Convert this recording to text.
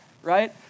right